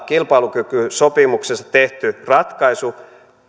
kilpailukykysopimuksessa tehty ratkaisu